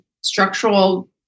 structural